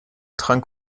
trank